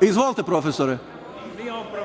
Izvolite, profesore. To što vičete